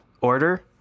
order